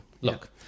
look